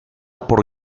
por